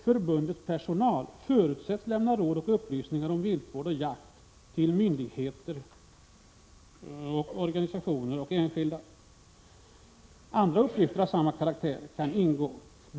Förbundets personal förutsätts lämna råd och upplysningar om viltvård och jakt till myndigheter, företag, organisationer och enskilda. Även andra arbetsuppgifter av samma karaktär kan ingå i förbundets verksamhet.